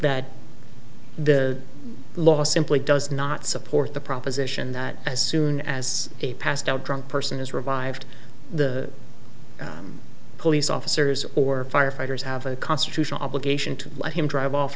that the law simply does not support the proposition that as soon as a passed out drunk person is revived the police officers or firefighters have a constitutional obligation to let him drive off